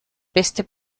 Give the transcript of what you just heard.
beste